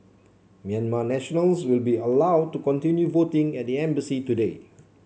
Myanmar nationals will be allowed to continue voting at the embassy today